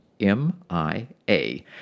M-I-A